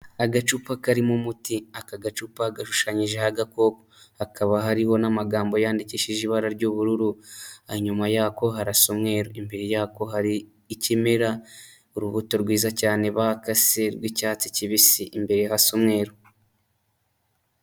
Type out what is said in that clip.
Agacupa karimo umuti aka gacupa gashushanyijeho agakoko, hakaba hariho n'amagambo yandikishije ibara ry'ubururu, inyuma yako harasa umweru imbere yako hari ikimera urubuto rwiza cyane bakase rw'icyatsi kibisi imbere hasa umweruru.